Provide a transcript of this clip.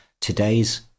today's